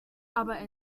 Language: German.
aber